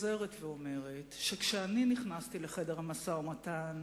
חוזרת ואומרת, שכשאני נכנסתי לחדר המשא-ומתן,